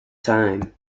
time